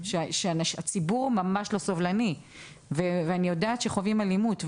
שהציבור ממש לא סובלני ואני יודעת שחווים אלימות.